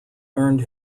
earned